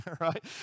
right